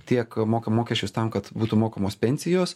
tiek moka mokesčius tam kad būtų mokamos pensijos